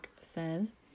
says